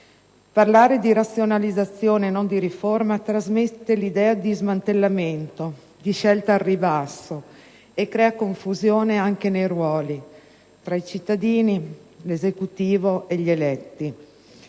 Parlare di razionalizzazione e non di riforma trasmette l'idea di smantellamento, di scelta al ribasso e crea confusione anche nei ruoli, tra i cittadini, l'Esecutivo e gli eletti.